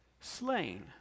slain